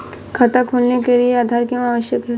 खाता खोलने के लिए आधार क्यो आवश्यक है?